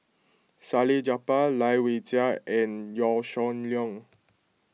Salleh Japar Lai Weijie and Yaw Shin Leong